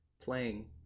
playing